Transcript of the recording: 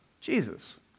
Jesus